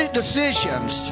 decisions